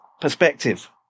perspective